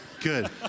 good